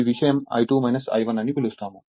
ఈ విషయం I2 I1 అని పిలుస్తాము